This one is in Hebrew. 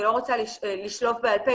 אני לא רוצה לשלוף בעל פה,